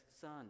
son